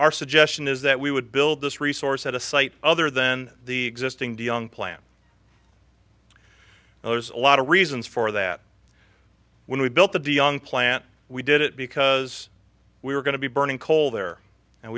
our suggestion is that we would build this resource at a site other than the existing de young plant and there's a lot of reasons for that when we built the de young plant we did it because we were going to be burning coal there and